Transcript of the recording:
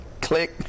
click